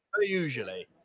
usually